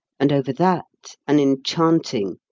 and over that an enchanting,